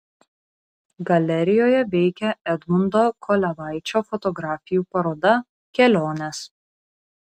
galerijoje veikia edmundo kolevaičio fotografijų paroda kelionės